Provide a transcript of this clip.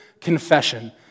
confession